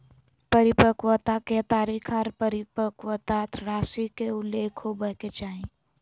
परिपक्वता के तारीख आर परिपक्वता राशि के उल्लेख होबय के चाही